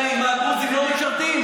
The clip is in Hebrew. למה, הדרוזים לא משרתים?